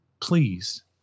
Please